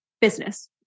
business